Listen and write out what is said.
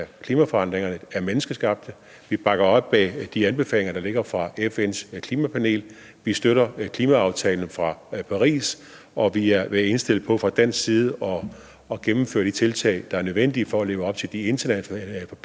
af klimaforandringerne er menneskeskabte. Vi bakker op om de anbefalinger, der ligger fra FN's klimapanel; vi støtter klimaaftalen fra Paris; og vi er indstillet på fra dansk side at gennemføre de tiltag, der er nødvendige, for at leve op til de internationale